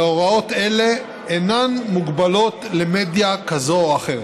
והוראות אלה אינן מוגבלות למדיה כזו או אחרת.